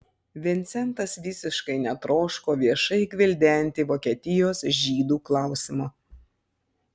vincentas visiškai netroško viešai gvildenti vokietijos žydų klausimo